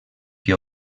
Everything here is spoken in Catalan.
que